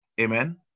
Amen